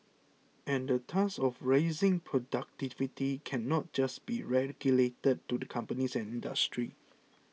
and the task of raising productivity cannot just be relegated to the companies and industry